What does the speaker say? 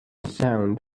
sound